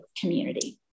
community